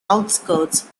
outskirts